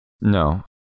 No